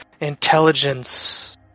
intelligence